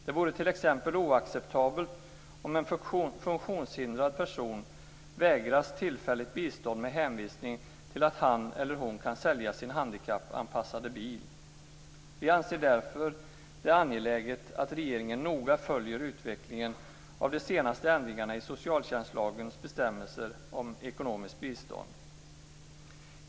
Det vore t.ex. oacceptabelt om en funktionshindrad person vägras tillfälligt bistånd med hänvisning till att han eller hon kan sälja sin handikappanpassade bil. Vi anser det därför angeläget att regeringen noga följer utvecklingen av de senaste ändringarna i socialtjänstlagens bestämmelser om ekonomiskt bistånd.